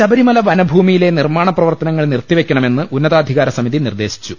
ശബരിമല വനഭൂമിയിലെ നിർമാണ പ്രവർത്തനങ്ങൾ നിർത്തിവെക്കണമെന്ന് ഉന്നതാധികാര സമിതി നിർദേശിച്ചു